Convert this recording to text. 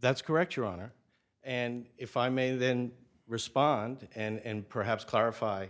that's correct your honor and if i may then respond and perhaps clarify